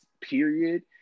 period